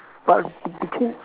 but be~ between